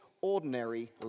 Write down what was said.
ordinary